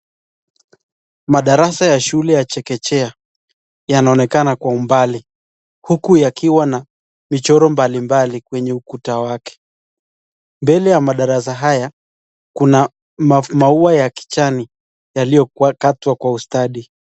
Madarasa ya shule chekechea yanaonekana kwa ubali, huku yakiwa na michoro mbalimbali kwenye ukuta wake, mbele ya madarasa haya, kuna maua yakichani yaliokatwa kwa ustadi.